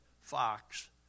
fox